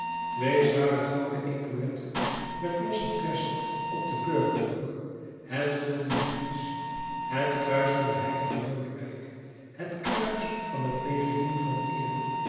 twee zware gouden epauletten met losse tressen op een burgerrok het gulden vlies het kruis van den h lodewijk het kruis van het legioen van eer